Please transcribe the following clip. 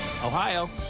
Ohio